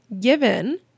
given